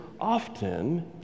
often